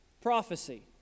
prophecy